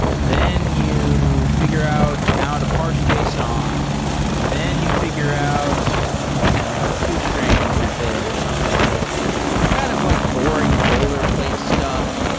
then you figure out how to parse json. then you figure out you know a two string method or something. something. like the kind of like boring boilerplate stuff.